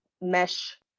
mesh